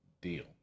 deal